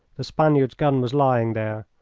the spaniard's gun was lying there,